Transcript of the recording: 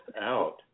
out